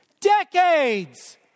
Decades